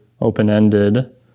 open-ended